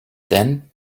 then